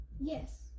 Yes